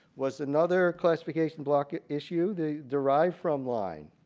was another classification block issue, the derived from line.